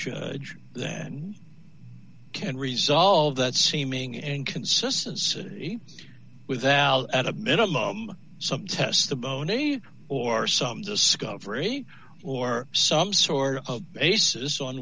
judge then can resolve that seeming inconsistency without at a minimum some testimony or some discovery or some sort of basis on